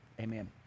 Amen